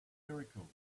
miracles